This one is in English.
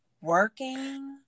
working